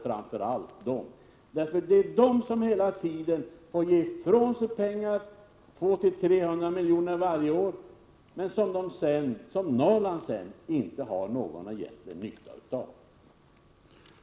Det norrländska näringslivet måste varje år avstå 200 till 300 milj.kr., som Norrland sedan inte får någon egentlig nytta av.